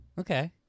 Okay